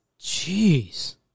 Jeez